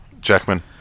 Jackman